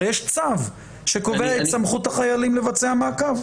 הרי יש צו שקובע את סמכות החיילים לבצע עיכוב,